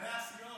מנהלי הסיעות.